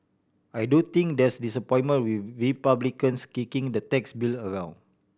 I do think there's disappointment with Republicans kicking the tax bill around